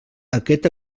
aquest